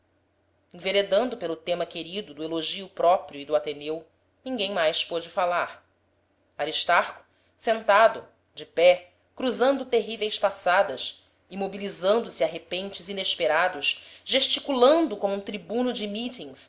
enveredando pelo tema querido do elogio próprio e do ateneu ninguém mais pôde falar aristarco sentado de pé cruzando terríveis passadas imobilizando se a repentes inesperados gesticulando como um tribuno de